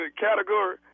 category